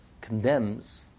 condemns